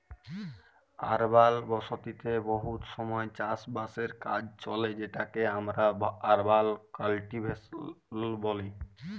আরবাল বসতিতে বহুত সময় চাষ বাসের কাজ চলে যেটকে আমরা আরবাল কাল্টিভেশল ব্যলি